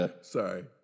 Sorry